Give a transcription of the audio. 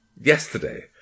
yesterday